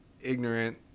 ignorant